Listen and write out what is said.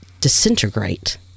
disintegrate